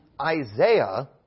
isaiah